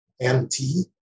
MT